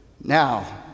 Now